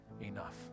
enough